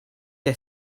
que